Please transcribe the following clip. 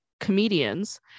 comedians